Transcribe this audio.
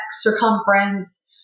circumference